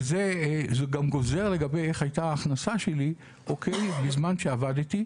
וזה גם גוזר על איך הייתה ההכנסה שלי בזמן שעבדתי.